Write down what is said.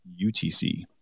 UTC